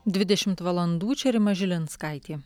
dvidešimt valandų čia rima žilinskaitė